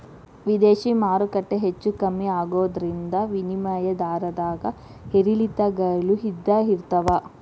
ವಿದೇಶಿ ಮಾರ್ಕೆಟ್ ಹೆಚ್ಚೂ ಕಮ್ಮಿ ಆಗೋದ್ರಿಂದ ವಿನಿಮಯ ದರದ್ದಾಗ ಏರಿಳಿತಗಳು ಇದ್ದ ಇರ್ತಾವ